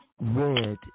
red